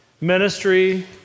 ministry